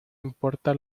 importa